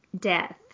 death